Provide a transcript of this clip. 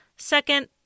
Second